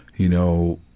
you know,